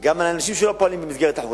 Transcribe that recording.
גם על אנשים שלא פעלו במסגרת החוק,